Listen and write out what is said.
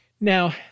Now